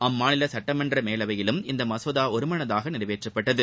அம்மாநில சட்டமன்ற மேலவையிலும் இம்மசோதா ஒருமனதாக நிறைவேற்றப்பட்டது